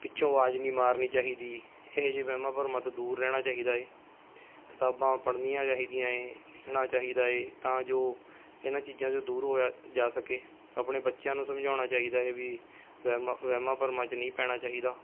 ਪਿੱਛੋਂ ਅਵਾਜ਼ ਨਹੀਂ ਮਾਰਨੀ ਚਾਹੀਦੀ ਇਹੋ ਜਿਹੇ ਵਹਿਮਾਂ ਭਰਮਾਂ ਤੋਂ ਦੂਰ ਰਹਿਣਾ ਚਾਹੀਦਾ ਹੈ ਕਿਤਾਬਾਂ ਪੜ੍ਹਨੀਆਂ ਚਾਹੀਦੀਆਂ ਹੈ ਲਿਖਣਾ ਚਾਹੀਦਾ ਹੈ ਤਾਂ ਜੋ ਇਹਨਾਂ ਚੀਜ਼ਾਂ ਤੋਂ ਦੂਰ ਹੋਇਆ ਜਾ ਸਕੇ ਆਪਣੇ ਬੱਚਿਆਂ ਨੂੰ ਸਮਝਾਉਣਾ ਚਾਹੀਦਾ ਹੈ ਬਈ ਵਹਿਮਾਂ ਵਹਿਮਾਂ ਭਰਮਾਂ 'ਚ ਨਹੀਂ ਪੈਣਾ ਚਾਹੀਦਾ